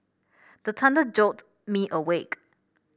the thunder jolt me awake